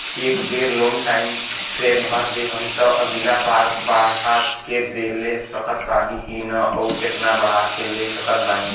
ए बेर loan time से भर देहम त अगिला बार बढ़ा के ले सकत बानी की न आउर केतना बढ़ा के ले सकत बानी?